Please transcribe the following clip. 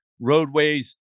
roadways